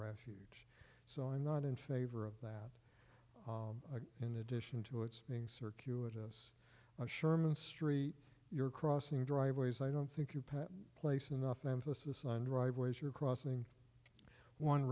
refuge so i'm not in favor of that in addition to its being circuitous sherman street you're crossing driveways i don't think you put place enough emphasis on driveways you're crossing one